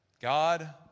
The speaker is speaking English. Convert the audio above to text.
God